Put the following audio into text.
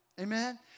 Amen